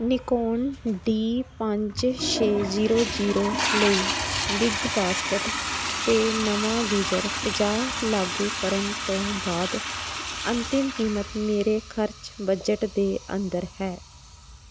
Nikon D ਪੰਜ ਛੇ zero zero ਲਈ ਬਿਗ ਬਾਸਕਟ 'ਤੇ ਨਵਾਂ ਯੂਜ਼ਰ ਪੰਜਾਹ ਲਾਗੂ ਕਰਨ ਤੋਂ ਬਾਅਦ ਅੰਤਿਮ ਕੀਮਤ ਮੇਰੇ ਖਰਚ ਬਜਟ ਦੇ ਅੰਦਰ ਹੈ